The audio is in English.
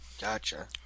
Gotcha